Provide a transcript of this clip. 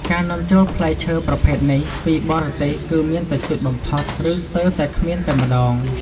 ការនាំចូលផ្លែឈើប្រភេទនេះពីបរទេសគឺមានតិចតួចបំផុត ឬស្ទើរតែគ្មានតែម្តង។